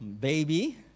baby